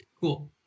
Cool